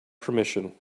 permission